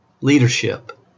Leadership